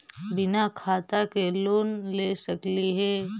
बिना खाता के लोन ले सकली हे?